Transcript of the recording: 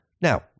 Now